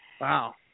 wow